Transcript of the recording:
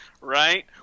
Right